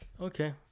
okay